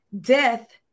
Death